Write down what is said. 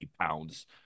pounds